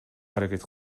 аракет